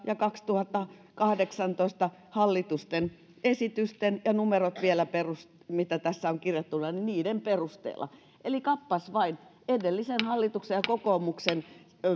ja kaksituhattakahdeksantoista hallituksen esitysten ja numerot vielä mitä tässä on kirjattuna perusteella eli kappas vain edellisen hallituksen ja kokoomuksen